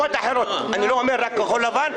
אני לא אומר רק כחול לבן,